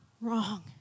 wrong